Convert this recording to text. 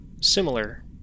similar